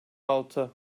altı